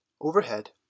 overhead